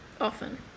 often